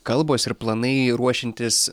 kalbos ir planai ruošiantis